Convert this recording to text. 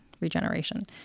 regeneration